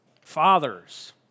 Fathers